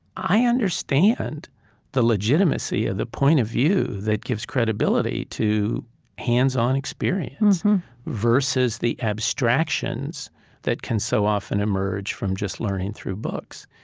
i understand the legitimacy of the point of view that gives credibility to hands-on experience versus the abstractions that can so often emerge from just learning through books.